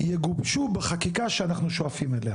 הן יגובשו בחקיקה שאנחנו שואפים אליה,